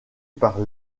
par